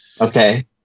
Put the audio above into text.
Okay